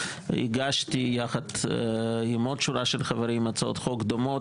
הגשתי יחד עם עוד שורה של חברים הצעות חוק דומות